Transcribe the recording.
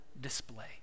display